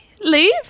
leave